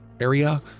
area